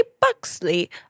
Buxley